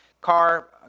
car